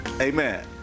amen